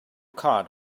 card